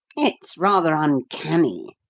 it's rather uncanny,